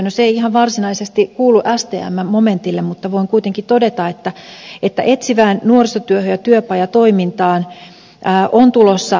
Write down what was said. no se ei ihan varsinaisesti kuulu stmn momentille mutta voin kuitenkin todeta että etsivään nuorisotyöhön ja työpajatoimintaan on tulossa lisää rahaa